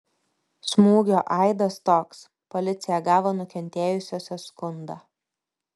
smūgio aidas toks policija gavo nukentėjusiosios skundą